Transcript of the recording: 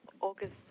August